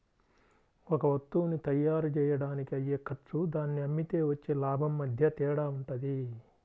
ఒక వత్తువుని తయ్యారుజెయ్యడానికి అయ్యే ఖర్చు దాన్ని అమ్మితే వచ్చే లాభం మధ్య తేడా వుంటది